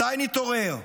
מתי נתעורר,